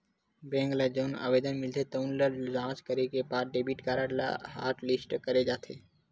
bank ल जउन आवेदन मिलथे तउन ल जॉच करे के बाद डेबिट कारड ल हॉटलिस्ट करे जाथे